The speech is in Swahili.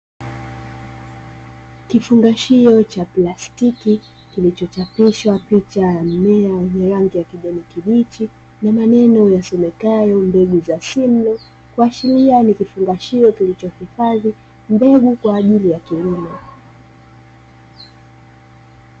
Kifungashio cha plastiki kilichochapishwa picha ya mimea yenye rangi ya kijani kibichi na maneno yasomekayo mbegu za "simlaw", kuashiria ni kifungashio kilichohifadhi mbegu kwa ajili ya kilimo.